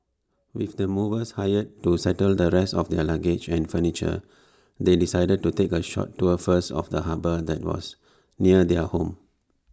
with the movers hired to settle the rest of their luggage and furniture they decided to take A short tour first of the harbour that was near their new home